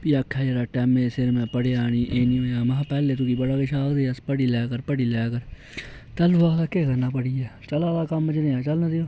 भी आक्खै यरा टैमै सिर में पढ़ेआ निं एह् निं होएआ ते महां पैह्ले तुगी बड़ा किश आखदे हे अस पढ़ी लै कर पढ़ी लै कर तैह्लू तू आखदा हा केह् करनां पढ़ियै जि'यां चला दा कम्म चलन देओ